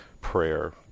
prayer